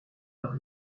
leur